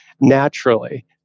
naturally